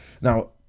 Now